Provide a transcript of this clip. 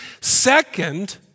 Second